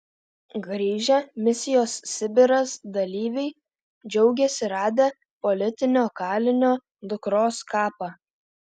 grįžę misijos sibiras dalyviai džiaugiasi radę politinio kalinio dukros kapą